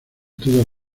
toda